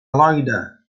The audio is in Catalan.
loira